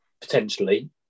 potentially